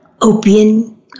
opium